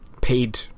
paid